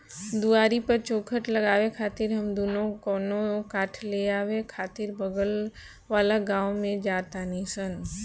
दुआरी पर चउखट लगावे खातिर हम दुनो कवनो काठ ले आवे खातिर बगल वाला गाँव में जा तानी सन